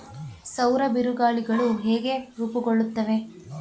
ಸೌರ ಬಿರುಗಾಳಿಗಳು ಹೇಗೆ ರೂಪುಗೊಳ್ಳುತ್ತವೆ?